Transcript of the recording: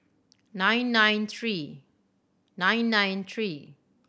nine nine three nine nine three